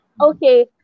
Okay